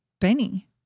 Benny